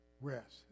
rest